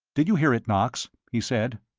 did you hear it, knox? he said.